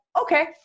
okay